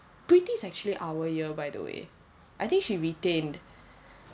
preeti's actually our year by the way I think she retained